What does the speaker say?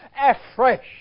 afresh